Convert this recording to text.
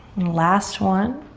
last one.